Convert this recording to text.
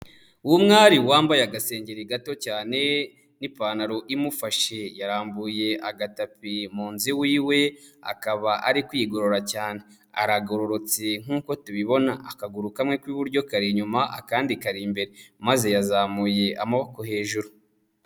Umwari wambaye agasengengeri gato cyane n'ipantaro imufashe, yarambuye agatapi mu nzu iwe iwe, akaba ari kwigorora cyane, aragororotse nk'uko tubibona, akaguru kamwe k'iburyo kari inyuma akandi kari imbere, maze yazamuye amaboko hejuru.